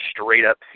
straight-up